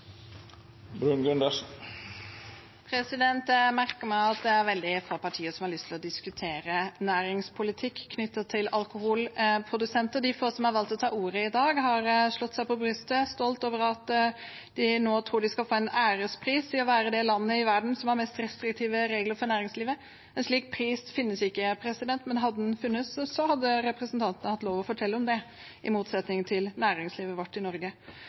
Jeg merker meg at det er veldig få partier som har lyst til å diskutere næringspolitikk knyttet til alkoholprodusenter. De få som har valgt å ta ordet i dag, har slått seg på brystet, stolt over at de nå tror vi skal få en ærespris i å være det landet i verden som har mest restriktive regler for næringslivet. Men en slik pris finnes ikke. Hadde den funnes, hadde representantene hatt lov til å fortelle om det, i motsetning til næringslivet vårt i Norge.